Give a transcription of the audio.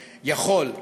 יכול,